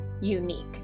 unique